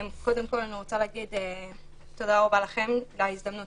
קודם כל אני רוצה להגיד תודה רבה לכם על ההזדמנות